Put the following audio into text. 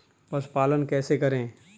पशुपालन कैसे करें?